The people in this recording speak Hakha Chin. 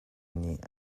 nih